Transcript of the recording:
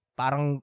parang